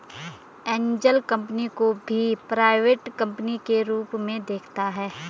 angel company को भी private company के रूप में देखा जाता है